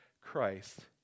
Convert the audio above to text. Christ